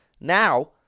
Now